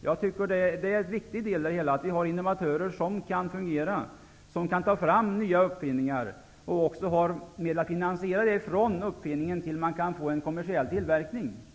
Jag tycker att det är viktigt att vi har innovatörer som kan fungera och som kan ta fram nya uppfinningar samt också har mer finansiärer från uppfinningen till dess att man kan få en kommersiell tillverkning.